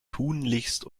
tunlichst